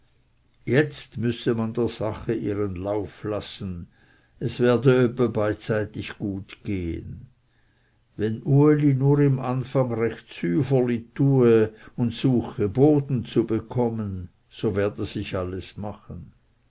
jetzt müsse man der sache ihren lauf lassen es werde öppe beidseitig gut gehen wenn uli nur im anfang recht süferli tue und suche boden zu bekommen so werde sich alles machen